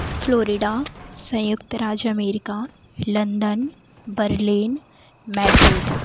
Florida संयुक्त राज्य America London Berlin Madrid